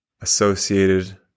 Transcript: associated